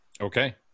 Okay